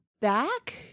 back